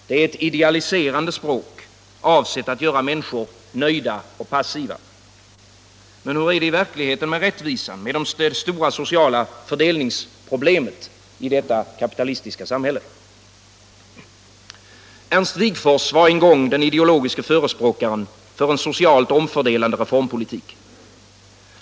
Det är ett idealiserande språk, avsett att göra människor nöjda och passiva. Men hur är det i verkligheten med rättvisan, med det stora sociala fördelningsproblemet i detta kapitalistiska samhälle? Ernst Wigforss var en gång den ideologiske förespråkaren för en socialt omfördelande reformpolitik.